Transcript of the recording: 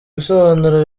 bisobanuro